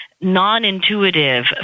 Non-intuitive